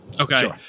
Okay